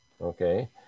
okay